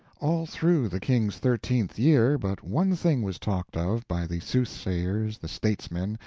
all through the king's thirteenth year but one thing was talked of by the soothsayers, the statesmen,